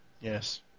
Yes